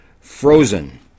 Frozen